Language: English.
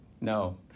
No